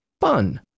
fun